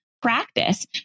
practice